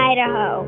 Idaho